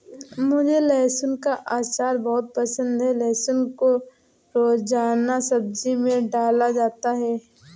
मुझे लहसुन का अचार बहुत पसंद है लहसुन को रोजाना सब्जी में डाला जाता है